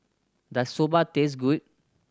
does Soba taste good